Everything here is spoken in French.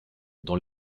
dans